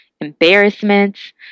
embarrassments